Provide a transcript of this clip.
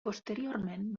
posteriorment